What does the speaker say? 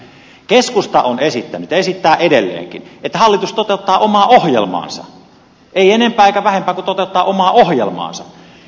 keskusta on esittänyt ja esittää edelleenkin että hallitus toteuttaa omaa ohjelmaansa ei enempää eikä vähempää kuin toteuttaa omaa ohjelmaansa